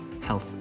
health